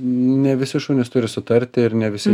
ne visi šunys turi sutarti ir ne visi